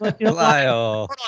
Lyle